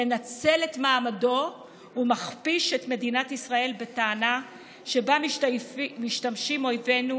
מנצל את מעמדו ומכפיש את מדינת ישראל בטענה שבה משתמשים אויבינו,